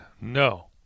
No